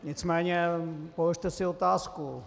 Nicméně položte si otázku.